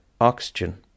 oxygen